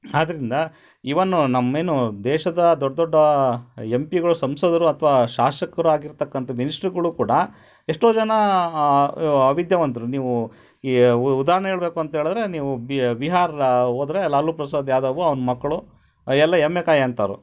ಆದ್ದರಿಂದ ಇವನ್ನು ನಮ್ಮ ಏನು ದೇಶದ ದೊಡ್ಡ ದೊಡ್ಡ ಯಮ್ ಪಿಗಳು ಸಂಸದರು ಅಥವಾ ಶಾಸಕರು ಆಗಿರತಕ್ಕಂಥ ಮಿನಿಷ್ಟ್ರುಗಳು ಕೂಡ ಎಷ್ಟೋ ಜನ ಅವಿದ್ಯಾವಂತ್ರು ನೀವು ಈ ಉದಾಹರ್ಣೆ ಹೇಳ್ಬೇಕು ಅಂತ ಹೇಳಿದ್ರೆ ನೀವು ಬಿಹಾರ ಹೋದ್ರೆ ಲಾಲೂ ಪ್ರಸಾದ್ ಯಾದವ್ ಅವ್ನ ಮಕ್ಕಳು ಎಲ್ಲ ಎಮ್ಮೆ ಕಾಯೋಂಥವ್ರು